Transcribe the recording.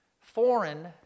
foreign